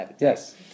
Yes